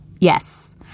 yes